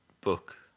book